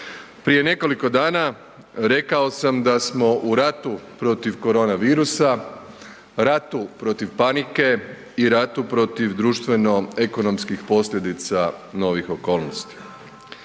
Prije nekoliko dana rekao sam da smo u ratu protiv korona virusa, ratu protiv panike i ratu protiv društveno ekonomskih posljedica novih okolnosti.